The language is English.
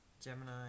Gemini